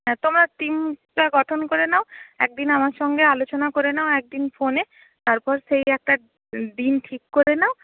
হ্যাঁ তোমরা টিমটা গঠন করে নাও একদিন আমার সঙ্গে আলোচনা করে নাও একদিন ফোনে তারপর সেই একটা দিন ঠিক করে নাও